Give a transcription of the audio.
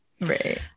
right